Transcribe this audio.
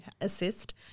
assist